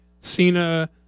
Cena